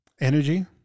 energy